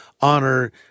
Honor